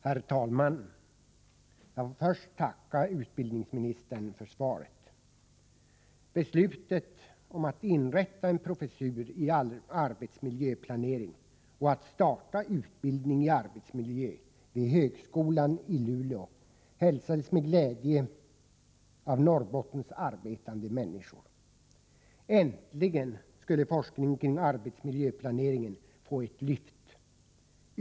Herr talman! Jag vill först tacka utbildningsministern för svaret. Beslutet om att inrätta en professur i arbetsmiljöplanering och att starta utbildning i arbetsmiljö vid högskolan i Luleå hälsades med glädje av Norrbottens arbetande människor. Äntligen skulle forskningen kring arbetsmiljöplaneringen få ett lyft.